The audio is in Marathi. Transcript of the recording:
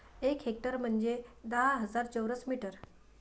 एक हेक्टर म्हंजे दहा हजार चौरस मीटर